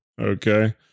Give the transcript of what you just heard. Okay